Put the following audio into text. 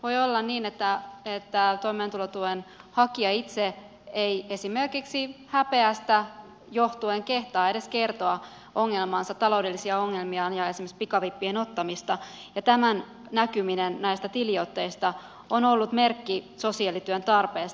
voi olla niin että toimeentulotuen hakija itse ei esimerkiksi häpeästä johtuen kehtaa edes kertoa taloudellisia ongelmiaan ja esimerkiksi pikavippien ottamista ja tämän näkyminen näistä tiliotteista on ollut merkki sosiaalityön tarpeesta